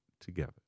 together